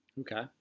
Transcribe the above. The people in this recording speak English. Okay